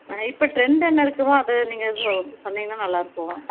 ஆ இப்போ ட்ரெண்டு என்ன இருக்குமோ அதை நீங்கள் சொ சொன்னீங்கன்னால் நல்லாயிருக்கும்